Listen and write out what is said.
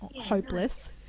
hopeless